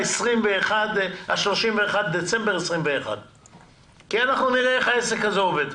ה-31 בדצמבר 2021. אנחנו נראה איך העסק הזה עובד.